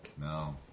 No